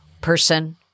person